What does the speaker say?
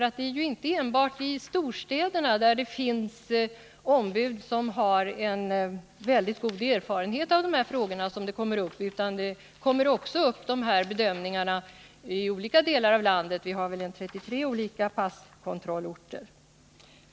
Det är ju inte enbart i storstäderna, där det finns ombud som har en väldigt god erfarenhet av de här frågorna, som dylika fall kommer upp, utan de här bedömningarna blir aktuella i olika delar av landet. Vi har 33 olika passkontrollorter.